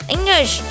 English